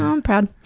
um proud.